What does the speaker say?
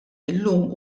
llum